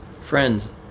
Friends